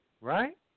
Right